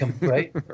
right